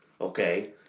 okay